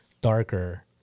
darker